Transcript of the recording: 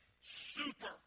super